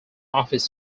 office